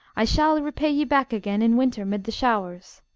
i shall repay ye back again, in winter, mid the showers.